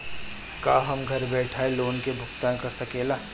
का हम घर बईठे लोन के भुगतान के शकेला?